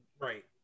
Right